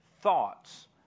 thoughts